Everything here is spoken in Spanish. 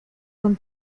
con